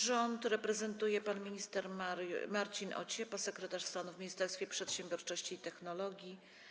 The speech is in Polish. Rząd reprezentuje pan minister Marcin Ociepa, sekretarz stanu w Ministerstwie Przedsiębiorczości i Technologii.